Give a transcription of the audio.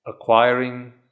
acquiring